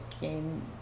game